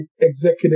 executive